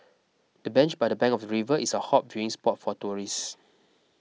the bench by the bank of the river is a hot viewing spot for tourists